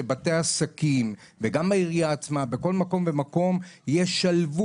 שבתי עסקים וגם העירייה עצמה בכל מקום ומקום ישלבו,